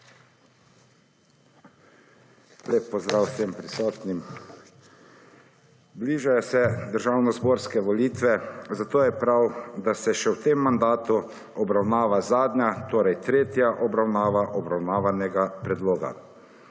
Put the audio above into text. Lep pozdrav vsem prisotnim. Bližajo se državnozborske volitve, zato je prav, da se še v tem mandatu obravnava zadnja, torej tretja obravnava obravnavanega predloga.